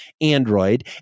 Android